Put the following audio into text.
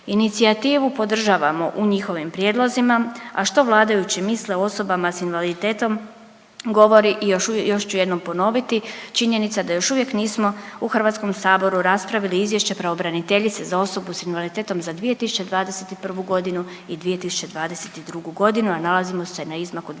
Inicijativu podržavamo u njihovim prijedlozima, a što vladajući misle o osobama s invaliditetom govori i još ću jednom ponoviti činjenica da još uvijek nismo u Hrvatskom saboru raspravili Izvješće pravobraniteljice za osobe s invaliditetom za 2021. godinu i 2022. godinu, a nalazimo se na izmaku 2023.